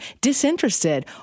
disinterested